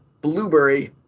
Blueberry